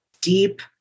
deep